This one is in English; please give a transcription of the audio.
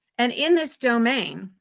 and, in this domain,